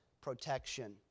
protection